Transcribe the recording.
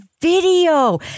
video